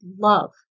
love